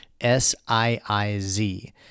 S-I-I-Z